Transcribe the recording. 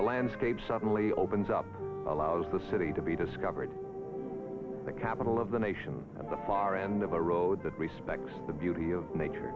the landscape suddenly opens up allows the city to be discovered the capital of the nation and the far end of a road that respects the beauty of nature